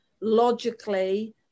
logically